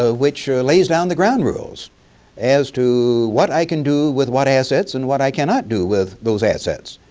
ah which lays down the ground rules as to what i can do with what assets and what i cannot do with those assets.